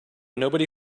nobody